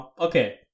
Okay